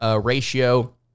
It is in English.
ratio